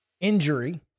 injury